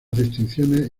distinciones